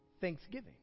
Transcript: thanksgiving